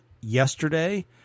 yesterday